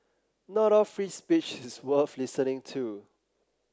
not all free speech is worth listening to